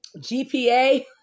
GPA